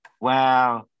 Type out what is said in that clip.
Wow